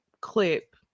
clip